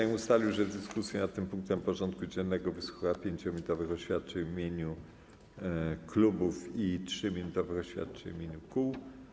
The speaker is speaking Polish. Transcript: Sejm ustalił, że w dyskusji nad tym punktem porządku dziennego wysłucha 5-minutowych oświadczeń w imieniu klubów i 3-minutowych oświadczeń w imieniu kół.